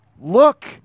look